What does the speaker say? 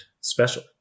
special